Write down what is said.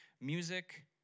Music